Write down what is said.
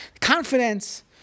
confidence